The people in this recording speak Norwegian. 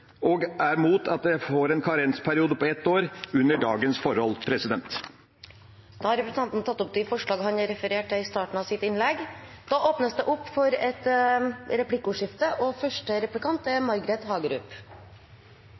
og vi er mot at en får en karensperiode på et år under dagens forhold. Representanten Per Olaf Lundteigen har tatt opp de forslagene han refererte til. Det blir replikkordskifte. Venstresiden, anført av Rødt, vil forby bemanningsbransjen. Det